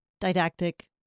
didactic